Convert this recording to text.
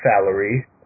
Salary